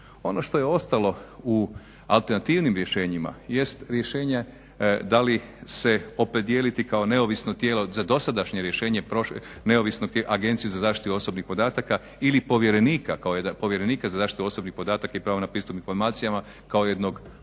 Ono što je ostalo u alternativnim rješenjima jest rješenje da li se opredijeliti kao neovisno tijelo za dosadašnje rješenje Agencije za zaštitu osobnih podataka ili povjerenika za zaštitu osobnih podataka i prava na pristup informacijama kao jednog